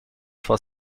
for